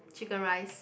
Chicken Rice